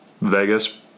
Vegas